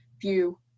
view